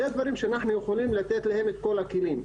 אלו דברים שאנחנו יכולים לתת להן את כל הכלים.